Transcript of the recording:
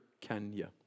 Kenya